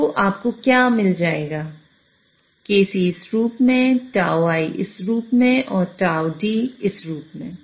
तो आपको क्या मिल जाएगा Kc इस रूप में τI इस रूप में और τD इस रूप में